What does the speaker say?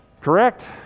Correct